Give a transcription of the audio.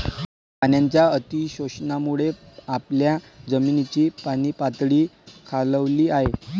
पाण्याच्या अतिशोषणामुळे आपल्या जमिनीची पाणीपातळी खालावली आहे